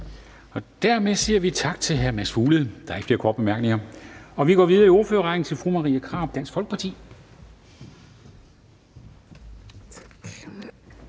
Dermed siger vi tak til hr. Mads Fuglede. Der er ikke flere korte bemærkninger, og vi går videre i ordførerrækken til fru Marie Krarup, Dansk Folkeparti.